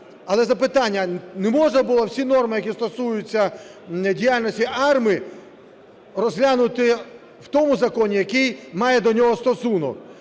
Але запитання: не можна було всі норми, які стосуються діяльності АРМА, розглянути в тому законі, який має до нього стосунок?